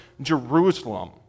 Jerusalem